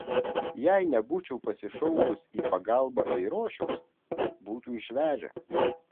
jei nebūčiau pasišaukus į pagalbą eirošiaus būtų išvežę